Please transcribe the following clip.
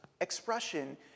expression